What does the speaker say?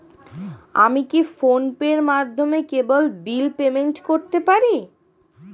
আমি কি ফোন পের মাধ্যমে কেবল বিল পেমেন্ট করতে পারি?